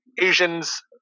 Asians